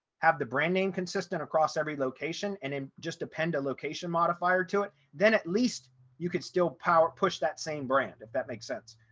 have the brand name consistent across every location and then um just append a location modifier to it, then at least you could still power push that same brand, if that makes sense.